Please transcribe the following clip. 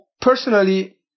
Personally